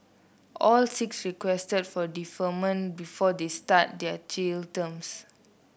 all six requested for deferment before they start their jail terms